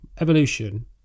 Evolution